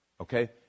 okay